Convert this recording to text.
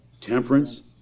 temperance